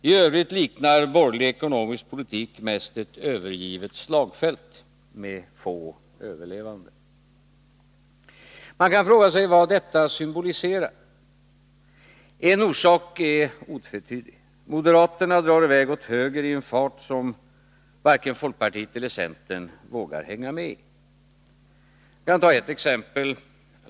I övrigt liknar borgerlig ekonomisk politik mest ett övergivet slagfält med få överlevande. Man kan fråga vad detta symboliserar. En orsak är otvetydig. Moderaterna drar i väg åt höger i en fart, som varken folkpartiet eller centern vågar hänga med i. Jag kan ta ett exempel.